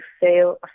fail